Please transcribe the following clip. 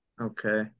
Okay